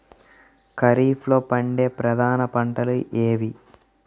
ఖరీఫ్లో పండే ప్రధాన పంటలు ఏవి?